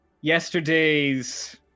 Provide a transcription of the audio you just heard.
Yesterday's